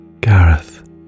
Gareth